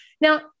Now